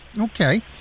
Okay